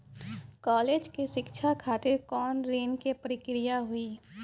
College के शिक्षा खातिर कौन ऋण के प्रक्रिया हुई?